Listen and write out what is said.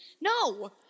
No